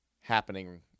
happening